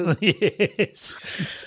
Yes